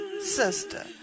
Sister